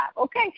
Okay